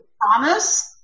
Promise